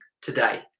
today